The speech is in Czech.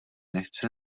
nechce